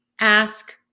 Ask